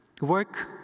Work